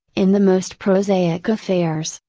in the most prosaic affairs,